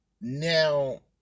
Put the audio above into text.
Now